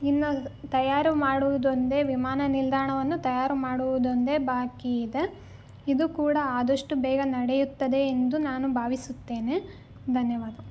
ಇನ್ನು ತಯಾರು ಮಾಡುವುದೊಂದೇ ವಿಮಾನ ನಿಲ್ದಾಣವನ್ನು ತಯಾರು ಮಾಡುವುದೊಂದೇ ಬಾಕಿ ಇದೆ ಇದು ಕೂಡ ಆದಷ್ಟು ಬೇಗ ನಡೆಯುತ್ತದೆ ಎಂದು ನಾನು ಭಾವಿಸುತ್ತೇನೆ ಧನ್ಯವಾದ